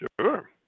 Sure